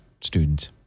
students